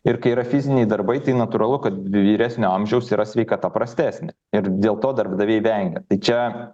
ir kai yra fiziniai darbai tai natūralu kad vyresnio amžiaus yra sveikata prastesnė ir dėl to darbdaviai vengia čia